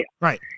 Right